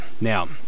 Now